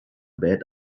bed